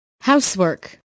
Housework